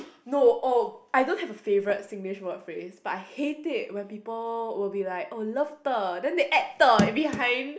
no oh I don't have a favourite Singlish word phrase but I hate it when people will be like oh love ter then they add ter behind